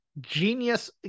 genius